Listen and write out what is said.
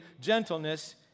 gentleness